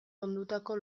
ondutako